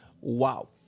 Wow